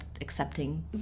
accepting